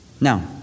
Now